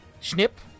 snip